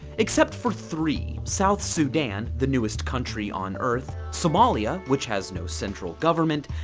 except for three south sudan, the newest country on earth, somalia, which has no central government,